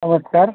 नमस्कार